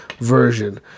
version